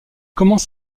commence